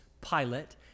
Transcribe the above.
Pilate